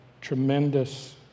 tremendous